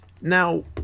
now